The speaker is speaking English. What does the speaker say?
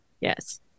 Yes